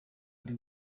ari